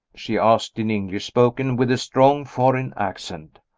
she asked, in english, spoken with a strong foreign accent.